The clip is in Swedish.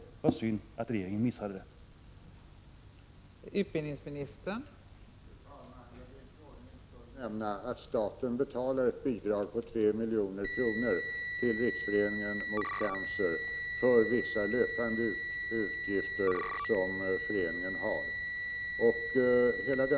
Det var synd att regeringen missade det.